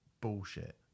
bullshit